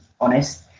honest